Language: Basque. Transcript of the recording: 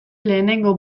lehenengo